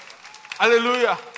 Hallelujah